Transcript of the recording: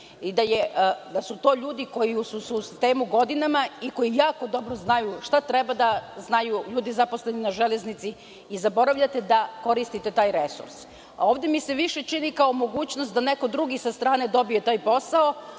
i da su to ljudi koji su u sistemu godinama i koji jako dobro znaju šta treba da znaju ljudi zaposleni na železnici i zaboravljate da koristite taj resurs. Ovde mi se više čini kao mogućnost da neko drugi sa strane dobije taj posao,